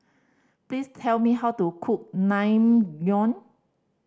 please tell me how to cook Naengmyeon